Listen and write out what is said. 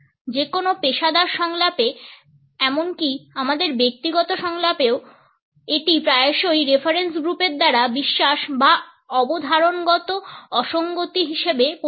যেকোনো পেশাদার সংলাপে এমনকি আমাদের ব্যক্তিগত সংলাপেও এটি প্রায়শই রেফারেন্স গ্রুপের দ্বারা বিশ্বাস বা অবধারণগত অসঙ্গতি হিসাবে পরিচিত